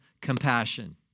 compassion